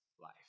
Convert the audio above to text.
life